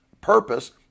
purpose